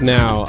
now